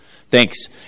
Thanks